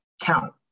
count